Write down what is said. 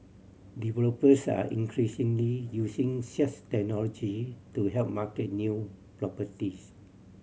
developers are increasingly using such technology to help market new properties